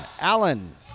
Allen